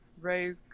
Rogue